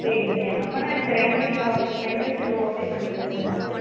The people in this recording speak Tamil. சரிங்க அப்போன்னா எனக்கு ரெண்ரை கிலோவ் ரெண்ரை கிலோவாக பண்ணிக் கொடுத்துருங்கண்ணா